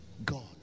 God